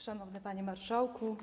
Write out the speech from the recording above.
Szanowny Panie Marszałku!